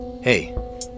Hey